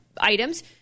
items